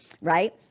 right